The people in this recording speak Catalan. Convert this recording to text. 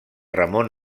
ramon